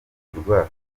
kugirwa